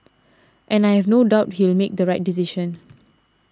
and I have no doubt he'll make the right decision